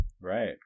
Right